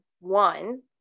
one